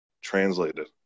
translated